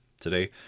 Today